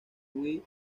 wii